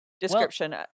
description